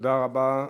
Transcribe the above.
תודה רבה.